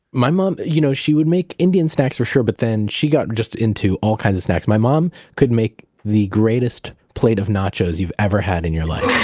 my mom, you know she would make indian snacks for sure, but then she got just into all kinds of snacks. my mom could make the greatest plate of nachos you've ever had in your life